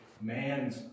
man's